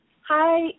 Hi